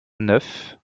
neuf